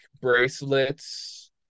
bracelets